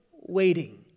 waiting